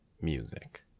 Music